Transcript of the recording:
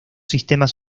sistemas